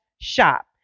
shop